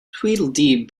tweedledee